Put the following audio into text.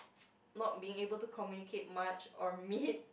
not being able to communicate much or meet